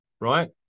right